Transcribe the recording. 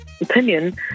opinion